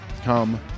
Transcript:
come